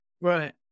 Right